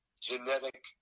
Genetic